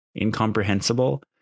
incomprehensible